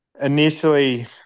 Initially